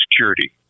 security